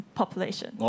population